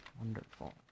Wonderful